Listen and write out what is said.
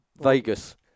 Vegas